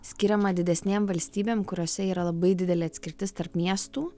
skiriama didesnėm valstybėm kuriose yra labai didelė atskirtis tarp miestų